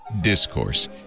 Discourse